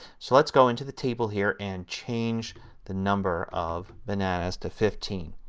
so let's go into the table here and change the number of bananas to fifteen.